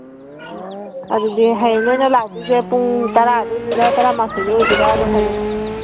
ꯑꯗꯨꯗꯤ ꯍꯌꯦꯡ ꯅꯈꯣꯏꯅ ꯂꯥꯛꯀꯗꯣꯏꯁꯦ ꯄꯨꯡ ꯇꯔꯥꯗ ꯑꯣꯏꯒꯗꯣꯏꯔꯥ ꯇꯔꯥꯃꯥꯊꯣꯏꯗ ꯑꯣꯏꯗꯣꯏꯔꯥꯗꯣ ꯍꯥꯏꯔꯛꯑꯣ